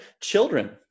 Children